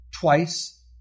twice